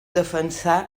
defensà